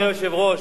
אדוני היושב-ראש,